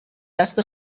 دست